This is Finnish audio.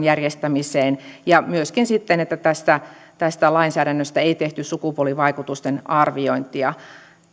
järjestämiseen ja myöskin sitten siihen että tästä tästä lainsäädännöstä ei tehty sukupuolivaikutusten arviointia